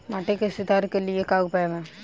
माटी के सुधार के लिए का उपाय बा?